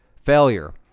failure